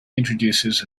introduces